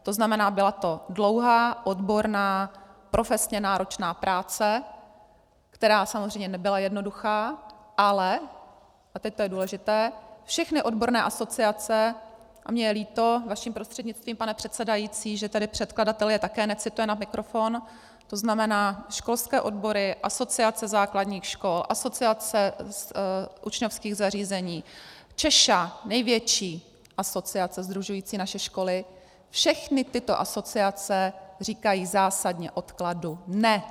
To znamená, byla to dlouhá odborná, profesně náročná práce, která samozřejmě nebyla jednoduchá, ale a teď to je důležité všechny odborné asociace, a mně je líto vaším prostřednictvím, pane předsedající, že tady předkladatel je také necituje na mikrofon, to znamená školské odbory, Asociace základních škol, Asociace učňovských zařízení, CZESHA, největší asociace sdružující naše školy, všechny tyto asociace říkají zásadně odkladu ne!